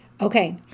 Okay